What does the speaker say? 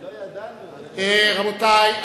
רבותי,